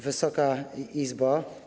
Wysoka Izbo!